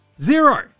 Zero